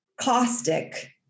caustic